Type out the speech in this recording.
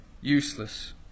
useless